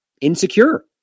insecure